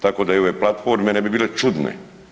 Tako da i ove platforme ne bi bile čudne.